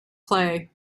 clay